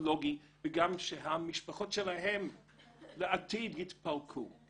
פסיכולוגי וגם שהמשפחות שלהם לעתיד יתפרקו,